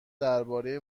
درباره